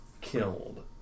killed